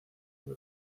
muy